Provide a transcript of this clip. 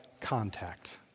contact